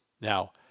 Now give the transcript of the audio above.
Now